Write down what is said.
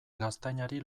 gaztainari